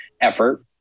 effort